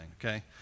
Okay